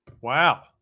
Wow